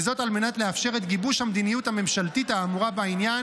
וזאת על מנת לאפשר את גיבוש המדיניות הממשלתית האמורה בעניין